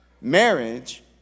marriage